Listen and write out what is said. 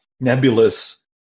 nebulous